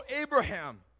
Abraham